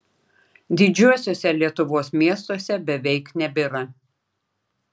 didžiuosiuose lietuvos miestuose beveik nebėra